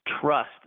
trust